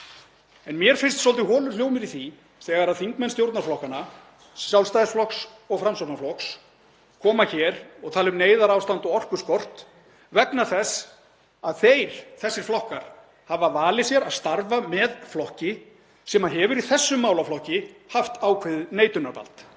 en mér finnst svolítið holur hljómur í því þegar þingmenn stjórnarflokkanna, Sjálfstæðisflokks og Framsóknarflokks, koma hér og tala um neyðarástand og orkuskort vegna þess að þessir flokkar hafa valið sér að starfa með flokki sem hefur í þessum málaflokki haft ákveðið neitunarvald.